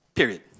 Period